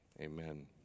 Amen